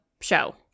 show